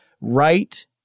right